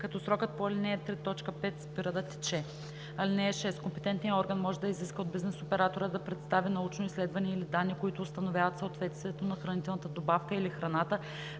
като срокът по ал. 3, т. 5 спира да тече. (6) Компетентният орган може да изиска от бизнес оператора да представи научно изследване или данни, които установяват съответствието на хранителната добавка или храната,